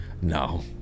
No